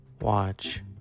watch